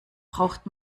braucht